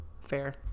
Fair